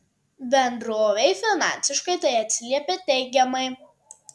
bendrovei finansiškai tai atsiliepė teigiamai